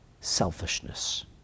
selfishness